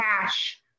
cash